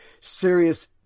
serious